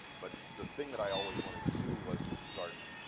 but the thing that i always wanted to do was to start,